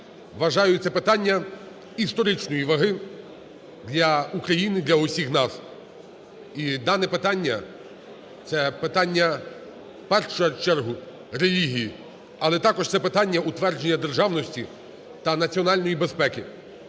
Вважаю це питання історичної ваги для України, для усіх нас. І дане питання – це питання в першу чергу релігії, але також це питання утвердження державності та національної безпеки.